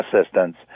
assistance